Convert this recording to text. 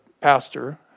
pastor